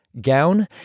gown